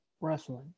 wrestling